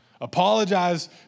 Apologize